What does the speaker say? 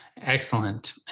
Excellent